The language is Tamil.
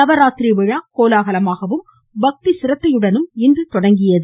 நவராத்திரி விழா இன்று கோலாகலமாகவும் பக்தி சிரத்தையுடன் இன்ற தொடங்குகிறது